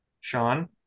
Sean